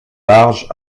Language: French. large